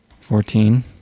Fourteen